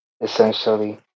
essentially